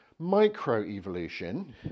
microevolution